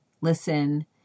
listen